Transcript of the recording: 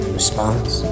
response